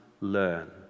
Learn